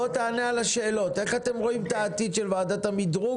בוא תענה על השאלות: איך אתם רואים את העתיד של ועדת המדרוג,